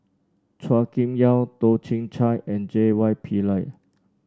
Chua Kim Yeow Toh Chin Chye and J Y Pillay